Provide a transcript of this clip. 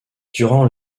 durant